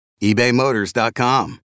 eBayMotors.com